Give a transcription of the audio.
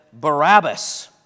Barabbas